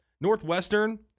Northwestern